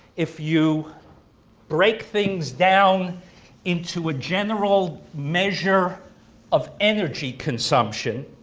if you break things down into a general measure of energy consumption,